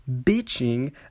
bitching